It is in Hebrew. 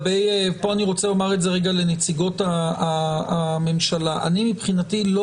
פה אני רוצה לומר את זה לנציגות הממשלה אני מבחינתי לא